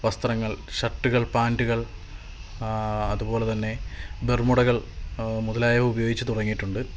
വസ്ത്രങ്ങൾ ഷർട്ടുകൾ പാൻറ്റുകൾ അതുപോലെ തന്നെ ബെർമൂഡകൾ മുതലായവ ഉപയോഗിച്ച് തുടങ്ങിയിട്ടുണ്ട്